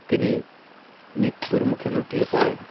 তিনি মৃত্যুর মুখে লুটিয়ে পড়েন